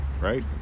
right